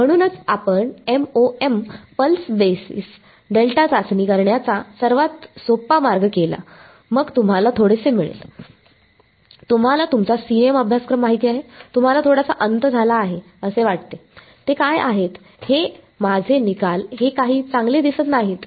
म्हणूनच आपण MoM pulse basis delta चाचणी करण्याचा सर्वात सोपा मार्ग केला मग तुम्हाला थोडेसे मिळेल तुम्हाला तुमचा CEM अभ्यासक्रम माहित आहे तुम्हाला थोडासा अंत झाला आहे असे वाटते ते काय आहेत हे माझे निकाल हे काही चांगले दिसत नाहीत